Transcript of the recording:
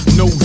no